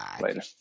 Later